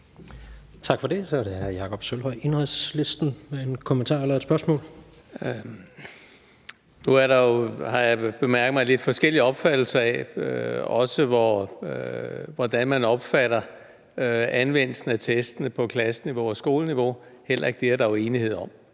Tak for det. Så er det hr. Jakob Sølvhøj, Enhedslisten, for en kommentar eller et spørgsmål. Kl. 17:44 Jakob Sølvhøj (EL): Nu er der jo, har jeg bemærket, lidt forskellig opfattelse af, hvordan man opfatter anvendelsen af testene på klasseniveau og skoleniveau. Heller ikke der er der jo enighed om,